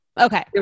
okay